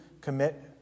commit